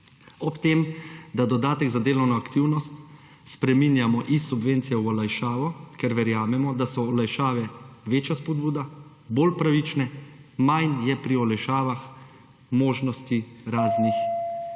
Ob tem, da dodatek za delovno aktivnost spreminjamo iz subvencije v olajšavo, ker verjamemo, da so olajšave večja spodbuda, bolj pravične, manj je pri olajšavah možnosti raznih